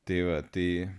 tai va tai